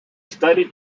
studied